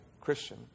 Christian